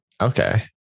Okay